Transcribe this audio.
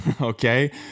okay